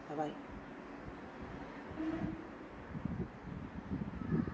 bye bye